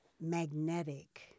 Magnetic